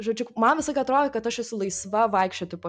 žodžiu man visą laiką atrodė kad aš esu laisva vaikščioti po